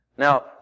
Now